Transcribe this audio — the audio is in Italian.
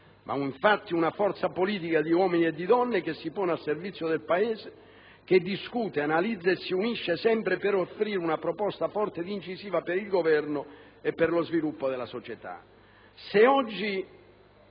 ma una forza politica di uomini e di donne che si pone al servizio del Paese, che discute, analizza e si unisce sempre per offrire una proposta forte ed incisiva per il Governo e per lo sviluppo della società.